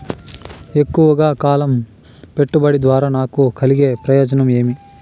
ఎక్కువగా కాలం పెట్టుబడి ద్వారా నాకు కలిగే ప్రయోజనం ఏమి?